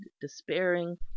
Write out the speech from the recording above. despairing